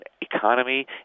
economy